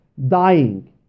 dying